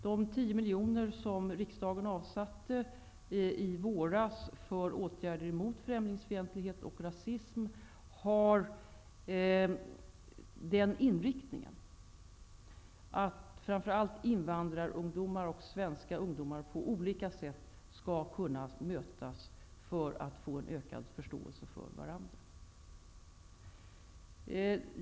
De tio miljoner som riksdagen avsatte i våras för åtgärder mot främlingsfientlighet och rasism har inriktningen att framför allt invandrarungdomar och svenska ungdomar på olika sätt skall kunna mötas för att få ökad förståelse för varandra.